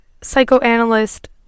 psychoanalyst